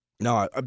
No